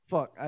Fuck